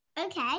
Okay